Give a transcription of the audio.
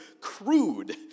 crude